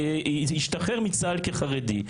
וישתחרר מצה"ל כחרדי.